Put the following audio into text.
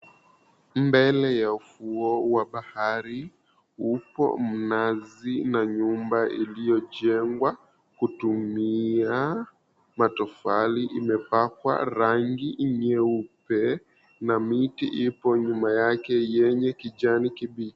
Mbele ya ufuo wa bahari upo mnazi na nyumba iliyojengwa kutumia matofali. Imepakwa rangi nyeupe na miti ipo nyuma yake yenye kijanikibichi.